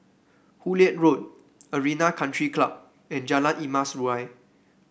Hullet Road Arena Country Club and Jalan Emas Urai